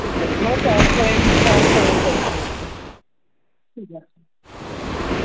ঠিক আছে মানে ট্রান্সপারেন্ট ট্রান্সপারেন্ট চাইছেন আপনি ঠিক আছে ঠিক আছে